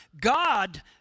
God